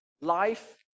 life